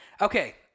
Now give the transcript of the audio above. Okay